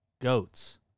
Goats